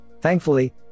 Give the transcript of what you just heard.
thankfully